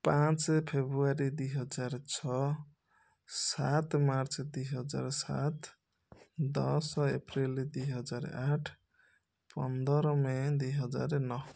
ପାଞ୍ଚ ଫେବୃୟାରୀ ଦୁଇ ହଜାର ଛଅ ସାତ ମାର୍ଚ୍ଚ ଦୁଇ ହଜାର ସାତ ଦଶ ଏପ୍ରିଲ୍ ଦୁଇହଜାର ଆଠ ପନ୍ଦର ମେ' ଦୁଇ ହଜାର ନଅ